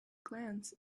glance